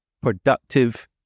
productive